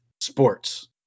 sports